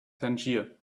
tangier